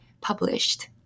published